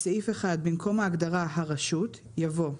בסעיף 1, במקום ההגדרה "הרשות" יבוא: